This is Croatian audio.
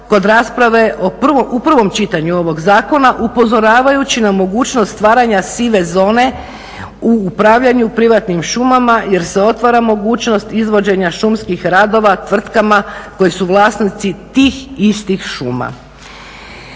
kod rasprave u prvom čitanju ovog zakona, upozoravajući na mogućnost stvaranje sive zone u upravljaju privatnim šumama jer se otvara mogućnost izvođenja šumskih radova tvrtkama koji su vlasnici tih istih šuma.